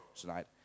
tonight